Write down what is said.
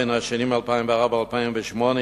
בשנים 2004 2008,